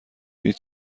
هیچ